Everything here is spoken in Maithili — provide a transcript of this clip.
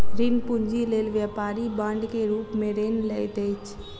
ऋण पूंजी लेल व्यापारी बांड के रूप में ऋण लैत अछि